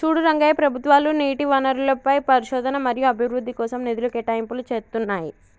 చూడు రంగయ్య ప్రభుత్వాలు నీటి వనరులపై పరిశోధన మరియు అభివృద్ధి కోసం నిధులు కేటాయింపులు చేతున్నాయి